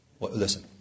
Listen